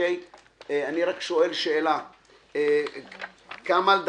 הישיבה ננעלה בשעה